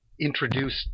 introduced